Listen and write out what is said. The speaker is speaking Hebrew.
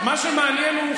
מה שמעניין הוא,